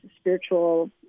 spiritual